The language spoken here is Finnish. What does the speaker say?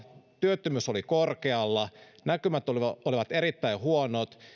työttömyys oli korkealla näkymät olivat olivat erittäin huonot